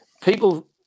people